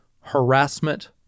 harassment